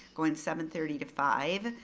going seven thirty to five